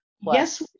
Yes